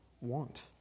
want